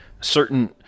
certain